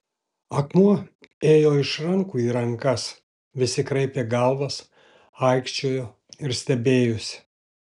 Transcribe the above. akmuo ėjo iš rankų į rankas visi kraipė galvas aikčiojo ir stebėjosi